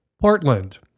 Portland